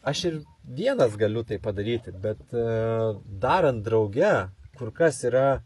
aš ir vienas galiu tai padaryti bet darant drauge kur kas yra